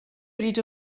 bryd